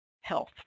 health